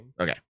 Okay